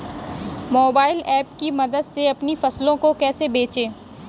Mobile app की मदद से अपनी फसलों को कैसे बेचें?